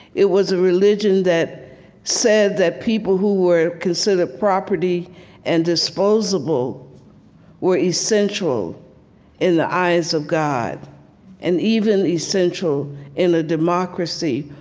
it was a religion that said that people who were considered property and disposable were essential in the eyes of god and even essential in a democracy,